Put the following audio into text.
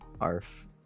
Arf